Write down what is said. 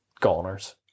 goners